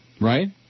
Right